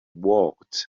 walked